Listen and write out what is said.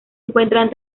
encuentran